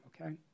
Okay